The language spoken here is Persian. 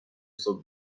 صبح